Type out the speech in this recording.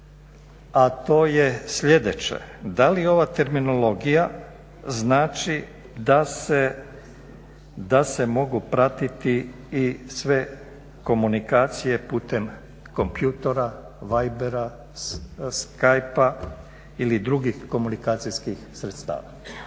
a to je sljedeće. Da li ova terminologija znači da se mogu pratiti i sve komunikacije putem kompjutora, vibera, skypea ili drugih komunikacijskih sredstava?